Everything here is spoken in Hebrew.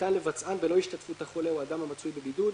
שניתן לבצען בלא השתתפות החולה או האדם המצוי בבידוד,